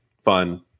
fun